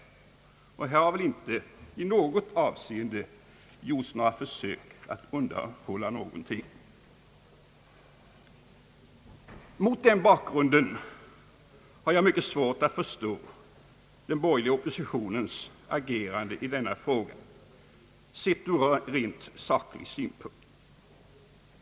Här har väl inte i något avseende gjorts försök att undanhålla något. Mot den bakgrunden har jag mycket svårt att förstå den borgerliga oppositionens agerande i denna fråga sett ur rent sakliga synpunkter.